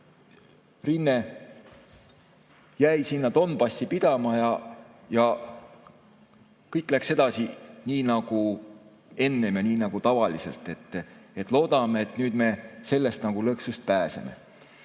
rinne jäi sinna Donbassi pidama ja kõik läks edasi nii nagu enne ja nii nagu tavaliselt. Loodame, et nüüd me sellest lõksust pääseme.